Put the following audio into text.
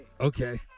Okay